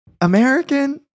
American